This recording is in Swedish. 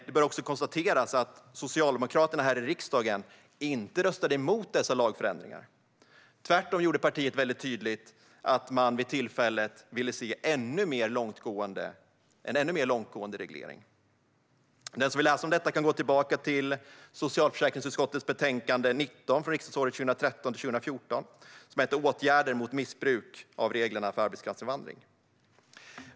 Det bör också konstateras att Socialdemokraterna inte röstade emot dessa lagförändringar här i riksdagen. Tvärtom gjorde partiet tydligt att man vid tillfället ville se en ännu mer långtgående reglering. Den som vill läsa om detta kan gå tillbaka till socialförsäkringsutskottets betänkande 2013/14:SfU19, Åtgärder mot missbruk av reglerna för arbetskraftsinvandring .